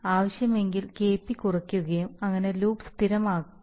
ആവശ്യമെങ്കിൽ KP കുറയ്ക്കുകയും അങ്ങനെ ലൂപ്പ് സ്ഥിരമായിരിക്കും